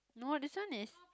no this one is